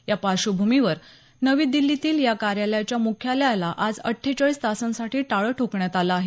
या पार्श्वभूमीवर नवी दिल्लीतील या कार्यालयाच्या मुख्यालयाला आज अठ्ठेचाळीस तासांसाठी टाळं ठोकण्यात आलं आहे